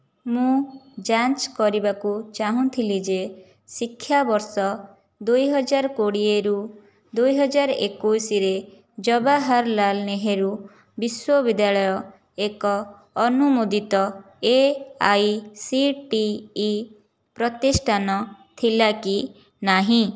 ମୁଁ ଯାଞ୍ଚ କରିବାକୁ ଚାହୁଁଥିଲି ଯେ ଶିକ୍ଷାବର୍ଷ ଦୁଇହଜାର କୋଡ଼ିଏରୁ ଦୁଇହଜାର ଏକୋଇଶରେ ଜବାହରଲାଲ ନେହେରୁ ବିଶ୍ୱବିଦ୍ୟାଳୟ ଏକ ଅନୁମୋଦିତ A I C T E ପ୍ରତିଷ୍ଠାନ ଥିଲା କି ନାହିଁ